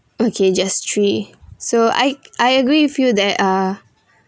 okay just three so I I agree with you that uh